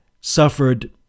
suffered